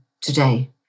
today